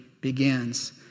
begins